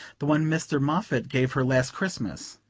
the one mr. moffatt gave her last christmas.